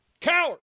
Coward